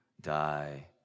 die